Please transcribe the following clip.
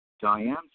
Diane